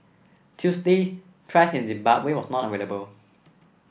Tuesday price in Zimbabwe was not available